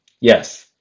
Yes